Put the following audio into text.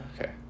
okay